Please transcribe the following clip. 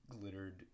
glittered